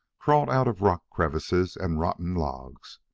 crawled out of rock crevices and rotten logs.